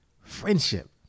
friendship